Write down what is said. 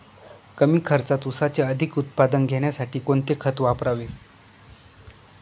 कमी खर्चात ऊसाचे अधिक उत्पादन घेण्यासाठी कोणते खत वापरावे?